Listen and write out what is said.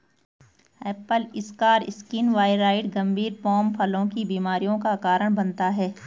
Apple scar skin viroid गंभीर pome फलों की बीमारियों का कारण बनता है